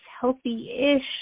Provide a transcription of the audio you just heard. healthy-ish